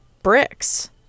bricks